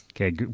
Okay